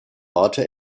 orte